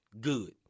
Good